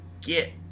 get